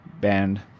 band